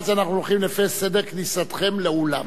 ואז אנחנו הולכים לפי סדר כניסתכם לאולם.